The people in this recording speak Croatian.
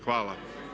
Hvala.